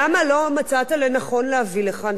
למה לא מצאת לנכון להביא לכאן,